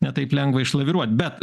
ne taip lengva išlaviruot bet